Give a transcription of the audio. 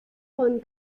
von